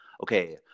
okay